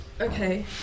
Okay